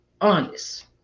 honest